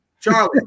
Charlie